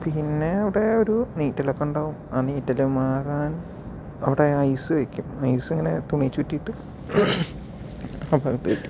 പിന്നെ അവിടെയൊരു നീറ്റലൊക്കെ ഉണ്ടാകും ആ നീറ്റല് മാറാൻ അവിടെ ഐസ് വെക്കും ഐസ് തുണിയിൽ ചുറ്റിയിട്ട് അപ്പോഴേക്ക്